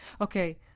okay